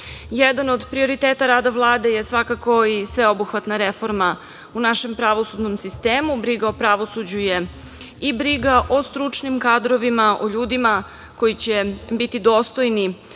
zakon. Jedan od prioriteta rada Vlade je svakako i sveobuhvatna reforma u našem pravosudnom sistemu, briga o pravosuđu je i briga o stručnim kadrovima, o ljudima koji će biti dostojni